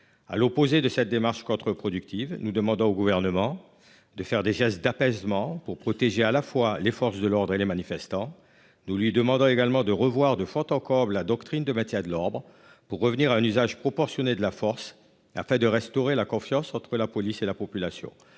À l'opposé de cette démarche contre-productive, nous demandons au Gouvernement de faire des gestes d'apaisement pour protéger à la fois les forces de l'ordre et les manifestants. Nous lui demandons également de revoir de fond en comble la doctrine de maintien de l'ordre pour revenir à un usage proportionné de la force, afin de restaurer la confiance entre la police et la population.